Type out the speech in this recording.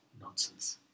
nonsense